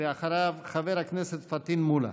ואחריו חבר הכנסת פטין מולא.